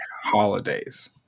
holidays